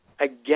again